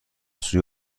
سوی